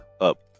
up